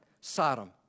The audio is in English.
Sodom